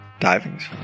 Diving's